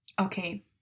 Okay